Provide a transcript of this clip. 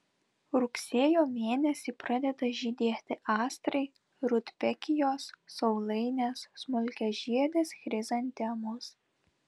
rugsėjo mėnesį pradeda žydėti astrai rudbekijos saulainės smulkiažiedės chrizantemos